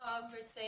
conversation